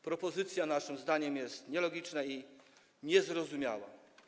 Propozycja ta naszym zdaniem jest nielogiczna i niezrozumiała.